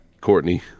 Courtney